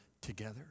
together